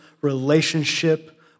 relationship